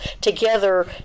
together